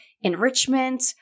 enrichment